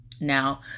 now